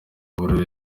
buri